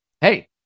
hey